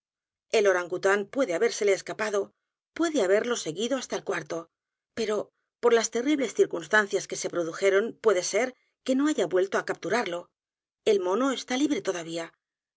el orangután puede habérsele escapado puede haberlo seguido hasta el cuarto pero por las terribles circunstancias que se produjeron puede ser que no haya vuelto á capturarlo el mono está libre todavía